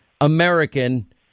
American